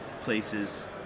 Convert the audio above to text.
places